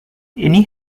ini